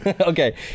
Okay